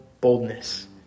boldness